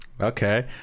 Okay